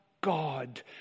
God